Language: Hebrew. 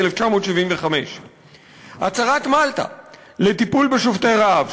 1975. הצהרת מלטה לטיפול בשובתי רעב,